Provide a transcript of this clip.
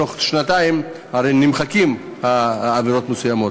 בתוך שנתיים הרי נמחקות עבירות מסוימות.